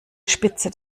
spitze